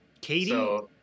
Katie